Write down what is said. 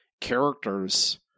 characters